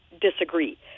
disagree